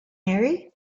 mary